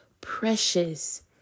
precious